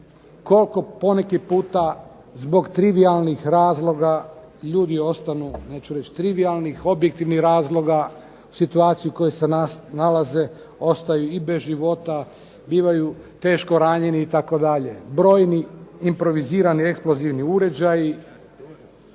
koliko poneki puta zbog trivijalnih razloga ljudi ostanu, neću reći trivijalnih, objektivnih razloga, situaciju u kojoj se danas nalaze, ostaju i bez života, bivaju teško ranjeni itd. Brojni improvizirani eksplozivni uređaji,